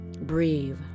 Breathe